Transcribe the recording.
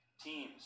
teams